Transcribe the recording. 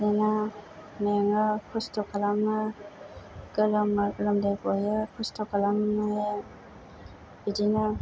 मोना मेङो खस्त' खालामो गोलोमो गोलोमदै गयो खस्त' खालामनाया बिदिनो